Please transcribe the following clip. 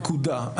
נקודה.